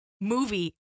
Movie